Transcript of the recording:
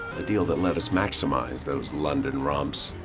a deal that let us maximize those london romps.